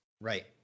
Right